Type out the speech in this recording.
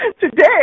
Today